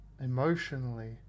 emotionally